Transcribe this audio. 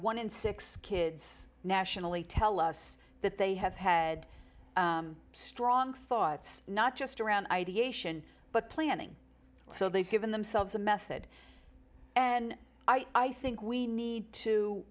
one in six kids nationally tell us that they have had strong thoughts not just around ideation but planning so they've given themselves a method and i think we need to